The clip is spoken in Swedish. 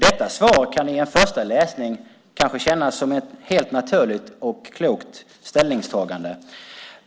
Detta svar kan vid en första läsning kanske kännas som ett helt naturligt och klokt ställningstagande.